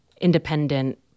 independent